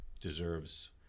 deserves